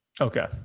Okay